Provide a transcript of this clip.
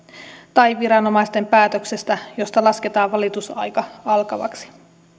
tai viranomaisten päätöksestä josta lasketaan valitusaika alkavaksi